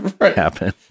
happen